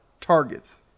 targets